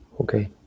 okay